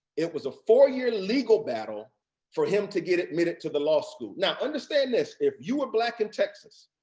it was a four-year legal battle for him to get admitted to the law school. now understand this, if you were black in texas,